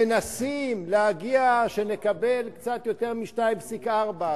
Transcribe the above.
מנסים להגיע לכך שנקבל קצת יותר מ-2.4,